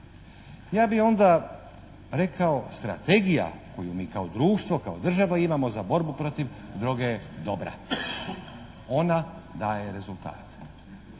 ja bih onda rekao strategija koju mi kao društvo, kao država imamo za borbu protiv droge je dobra. Ona daje rezultate.